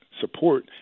support